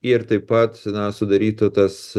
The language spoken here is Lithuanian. ir taip pat si na sudarytų tas